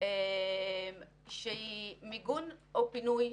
של מיגון או פינוי,